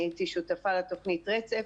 אני הייתי שותפה לתוכנית רצף,